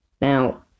Now